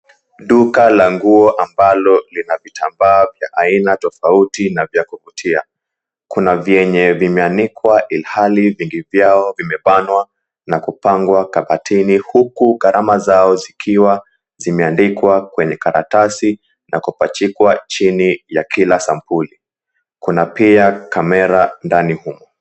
Duka la nguo, ambalo lina vitambaa vya aina tofauti na vya kuvutia. Kuna vyenye vimeanikwa ilhali vingi vyao vimebanwa na kupangwa kabatini, huku gharama zao zikiwa zimeandikwa kwenye karatasi na kupachikwa chini ya kila sampuli. Kuna pia kamera ndani humo.